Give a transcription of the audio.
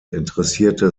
interessierte